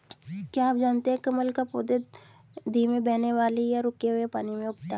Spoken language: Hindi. क्या आप जानते है कमल का पौधा धीमे बहने वाले या रुके हुए पानी में उगता है?